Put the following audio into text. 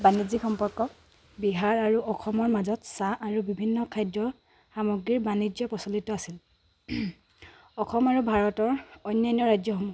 বাণিজ্য সম্পৰ্ক বিহাৰ আৰু অসমৰ মাজত চাহ আৰু বিভিন্ন খাদ্য সামগ্ৰীৰ বাণিজ্য প্ৰচলিত আছিল অসম আৰু ভাৰতৰ অন্যান্য ৰাজ্যসমূহ